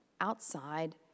outside